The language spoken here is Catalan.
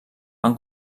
van